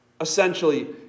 essentially